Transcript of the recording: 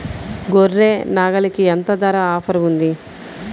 గొర్రె, నాగలికి ఎంత ధర ఆఫర్ ఉంది?